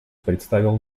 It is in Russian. представил